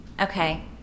Okay